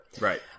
Right